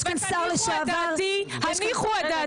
יש כאן שר לשעבר --- הניחו את דעתי,